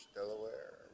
Delaware